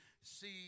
see